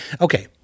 Okay